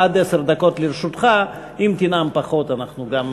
לאחר מכן, שאלה נוספת לחבר הכנסת יעקב אשר,